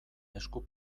esku